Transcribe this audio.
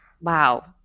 Wow